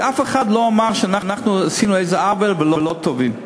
כי אף אחד לא אמר שאנחנו עשינו איזה עוול ואנחנו לא טובים.